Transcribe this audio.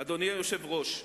אדוני היושב-ראש,